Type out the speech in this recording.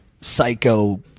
psycho